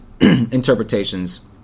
interpretations